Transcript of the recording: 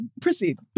Proceed